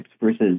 versus